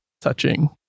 touching